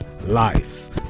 lives